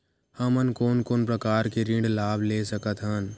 हमन कोन कोन प्रकार के ऋण लाभ ले सकत हन?